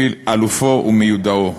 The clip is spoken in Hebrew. אלופו ומיודעו".